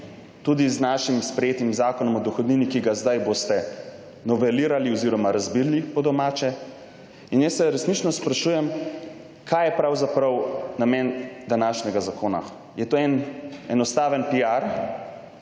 tudi z našim sprejetim Zakonom o dohodnini, ki ga zdaj boste novelirali oziroma razbili po domače. In jaz se resnično sprašujem, kaj je pravzaprav namen današnjega zakona. Je to en enostaven